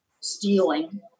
stealing